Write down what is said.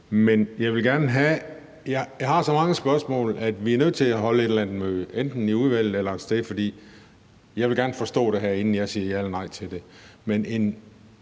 Jeg har så mange spørgsmål, at vi er nødt til at holde et eller andet møde, enten i udvalget eller et andet sted, for jeg vil gerne forstå det her, inden jeg siger ja eller nej til det.